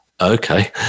okay